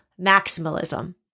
maximalism